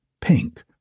pink